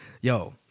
Yo